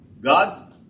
God